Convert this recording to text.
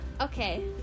Okay